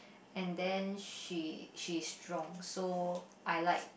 and then she she's strong so I like